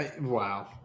Wow